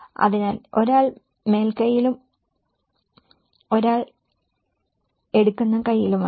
അതിനാൽ ഒരാൾ മേൽക്കൈയിലും ഒരാൾ എടുക്കുന്ന കൈയിലുമാണ്